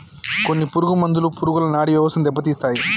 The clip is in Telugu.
కొన్ని పురుగు మందులు పురుగుల నాడీ వ్యవస్థను దెబ్బతీస్తాయి